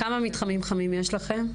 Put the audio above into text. כמה מתחמים חמים יש לכם?